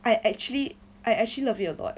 I actually I actually love it a lot